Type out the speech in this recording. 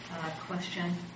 question